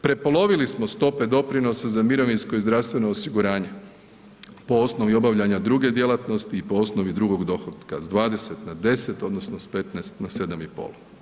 Prepolovili smo stope doprinosa za mirovinsko i zdravstveno osiguranje po osnovi obavljanja druge djelatnosti i po osnovi drugog dohotka s 20 na 10 odnosno sa 15 na 7,5.